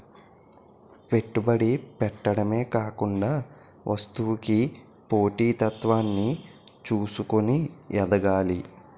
పెట్టుబడి పెట్టడమే కాకుండా వస్తువుకి పోటీ తత్వాన్ని చూసుకొని ఎదగాలి